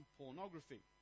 pornography